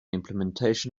implementation